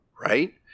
right